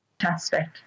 fantastic